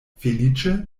feliĉe